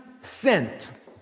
sent